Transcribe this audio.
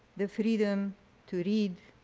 the freedom to read,